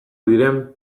diren